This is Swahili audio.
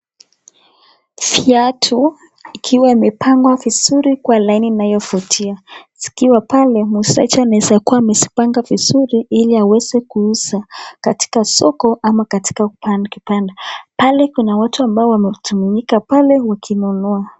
Viatu ikiwa imepangwa vizuri kwa laini inayovutia, zikiwa pale muuzaji anaeza kuwa amezipanga vizuri ili aweze kuuza katika soko, ama katika kibanda. Pale kuna watu ambao wamemiminika pale wakinunua.